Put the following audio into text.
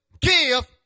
give